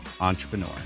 Entrepreneur